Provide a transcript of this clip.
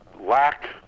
lack